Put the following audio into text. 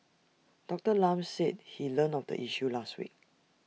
Doctor Lam said he learnt of the issue last week